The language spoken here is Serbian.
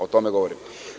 O tome govorim.